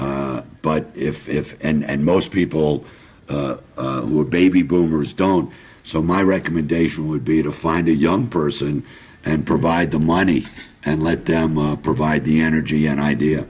but if if and most people who are baby boomers don't so my recommendation would be to find a young person and provide the money and let them up provide the energy an idea